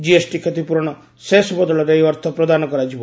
GST କ୍ଷତିପୂରଣ cess ବଦଳରେ ଏହି ଅର୍ଥ ପ୍ରଦାନ କରାଯିବ